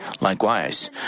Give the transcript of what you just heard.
Likewise